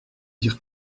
dire